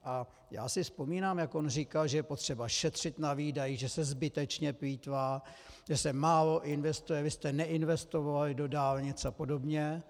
A já si vzpomínám, jak on říkal, že je potřeba šetřit na výdajích, že se zbytečně plýtvá, že se málo investuje, vy jste neinvestovali do dálnic apod.